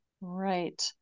Right